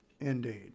indeed